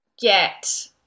get